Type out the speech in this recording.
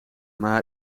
maar